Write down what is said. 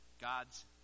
God's